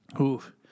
Oof